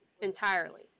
entirely